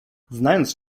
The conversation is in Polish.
znając